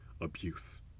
abuse